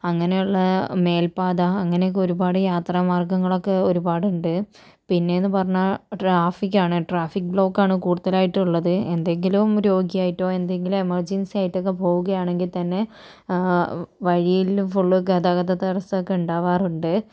അങ്ങനെയുള്ള മേൽപ്പാത അങ്ങനെയൊക്കെ ഒരുപാട് യാത്രാ മാർഗ്ഗങ്ങളൊക്കെ ഒരുപാടുണ്ട് പിന്നെയെന്ന് പറഞ്ഞാൽ ട്രാഫിക്കാണ് ട്രാഫിക്ക് ബ്ലോക്കാണ് കൂടുതലായിട്ടുള്ളത് എന്തെങ്കിലും രോഗിയായിട്ടോ എന്തെങ്കിലും എമർജൻസി ആയിട്ടൊക്കെ പോവുകയാണെങ്കിൽ തന്നെ ആ വഴിയിൽ ഫുള്ള് ഗതാഗത തടസ്സമൊക്കെ ഉണ്ടാകാറുണ്ട്